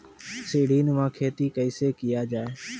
सीडीनुमा खेती कैसे किया जाय?